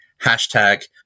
Hashtag